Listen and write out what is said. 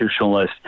institutionalist